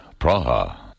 Praha